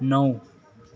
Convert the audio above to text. नौ